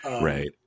Right